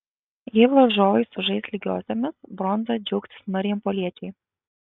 jei varžovai sužais lygiosiomis bronza džiaugsis marijampoliečiai